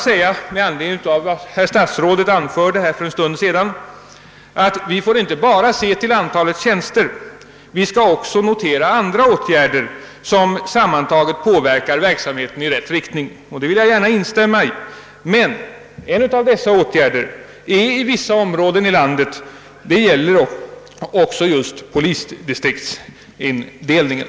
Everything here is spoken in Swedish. Statsrådet sade för en stund sedan att vi inte bara får se till antalet tjänster utan att vi även bör notera andra åtgärder som påverkar verksamheten i rätt riktning. Detta vill jag gärna instämma i. En av dessa åtgärder gäller polisdistriktsindelningen.